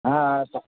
হ্যাঁ আচ্ছা